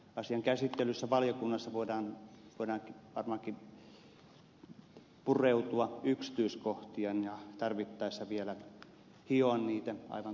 asian käsittelyssä valiokunnassa voidaan varmaankin pureutua yksityiskohtiin ja tarvittaessa vielä hioa niitä aivan kuten ed